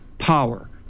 power